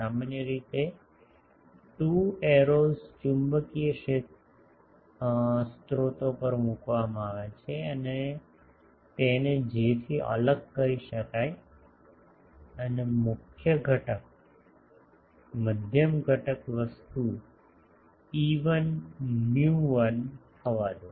સામાન્ય રીતે 2 એરોસ ચુંબકીય સ્રોતો પર મૂકવામાં આવે છે તેને J થી અલગ કરી શકાય અને મધ્યમ ઘટક વસ્તુ ε1 μ1 થવા દો